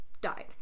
died